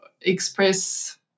express